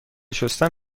شستن